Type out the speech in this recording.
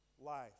life